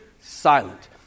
silent